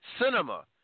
cinema